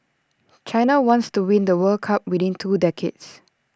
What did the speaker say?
China wants to win the world cup within two decades